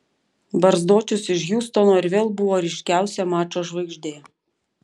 barzdočius iš hjustono ir vėl buvo ryškiausia mačo žvaigždė